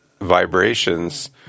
vibrations